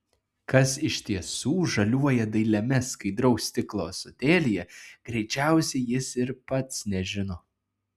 kas iš tiesų žaliuoja dailiame skaidraus stiklo ąsotėlyje greičiausiai jis ir pats nežino